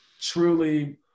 truly